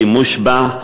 השימוש בה,